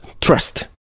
trust